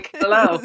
hello